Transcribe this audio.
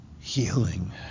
Healing